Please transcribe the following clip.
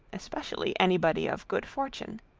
especially anybody of good fortune.